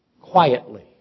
quietly